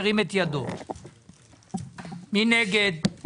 מי נגד?